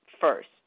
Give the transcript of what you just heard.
first